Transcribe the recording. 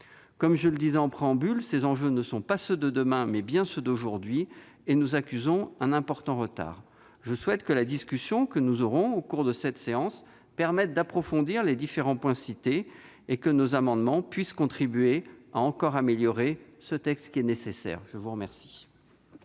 Comme je le disais en préambule, ces enjeux sont non pas les enjeux de demain, mais bien ceux d'aujourd'hui. À cet égard, nous accusons un important retard. Je souhaite que la discussion que nous aurons ce jour permette d'approfondir les différents points cités et que nos amendements puissent contribuer à améliorer encore ce texte, qui est nécessaire. La parole